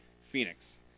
phoenix